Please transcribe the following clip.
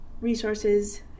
resources